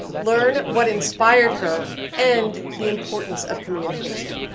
learn what inspired her, and the importance of communication.